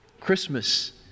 Christmas